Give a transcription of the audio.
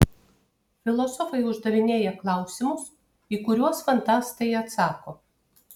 filosofai uždavinėja klausimus į kuriuos fantastai atsako